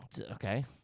Okay